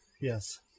Yes